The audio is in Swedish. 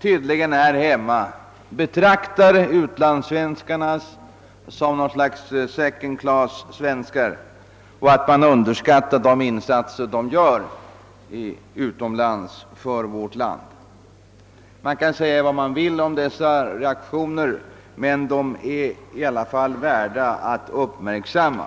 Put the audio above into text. tydligen här hemma = betraktar utlandssvenskarna som något slags »second class»-svenskar och att man underskattar de insatser som de gör för vårt land. Man må säga vad man vill om dessa reaktioner; de är i alla fall värda att uppmärksamma.